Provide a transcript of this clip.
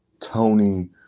Tony